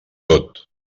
tot